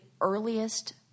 earliest